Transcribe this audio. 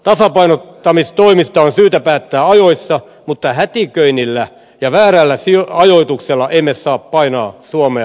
tasapainottamistoimista on syytä päättää ajoissa mutta hätiköinnillä ja väärällä ajoituksella emme saa painaa suomea lamaan